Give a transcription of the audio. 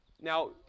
Now